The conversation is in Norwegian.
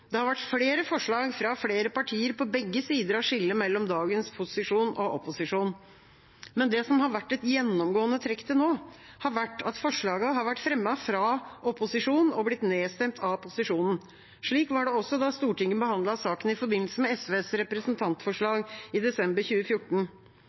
Det har vært flere forslag fra flere partier på begge sider av skillet mellom dagens posisjon og opposisjon. Men det som har vært et gjennomgående trekk til nå, har vært at forslagene har vært fremmet fra opposisjonen og blitt nedstemt av posisjonen. Slik var det også da Stortinget behandlet saken i forbindelse med SVs